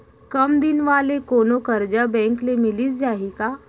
कम दिन वाले कोनो करजा बैंक ले मिलिस जाही का?